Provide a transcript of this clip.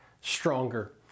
Stronger